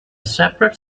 separate